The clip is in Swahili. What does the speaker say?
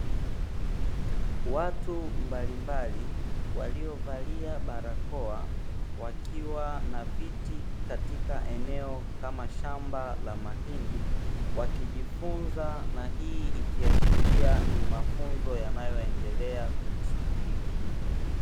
Watu mbalimbali waliovalia barakoa wakiwa na viti katika eneo kama shamba la mahindi, wakijifunza na hii ikiashiria mafunzo yanayoendelea kuhusu kilimo.